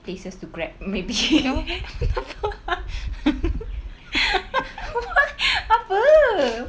places to grab maybe what apa